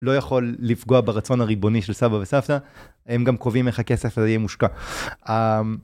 לא יכול לפגוע ברצון הריבוני של סבא וסבתא, הם גם קובעים איך הכסף הזה יהיה מושקע.